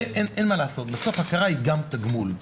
אין מה לעשות, בסוף ההכרה היא גם תגמול.